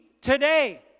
today